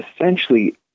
essentially